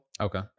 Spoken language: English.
Okay